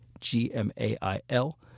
g-m-a-i-l